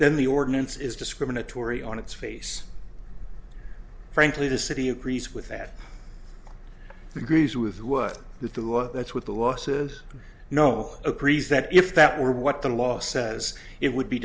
then the ordinance is discriminatory on its face frankly the city of priest with that agrees with what the that's what the law says no a priest that if that were what the law says it would be